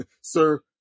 Sir